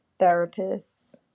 therapists